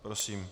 Prosím.